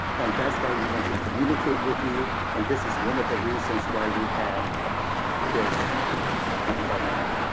and that's why we want to communicate with you. and this is one of the reasons why we have this town hall meeting.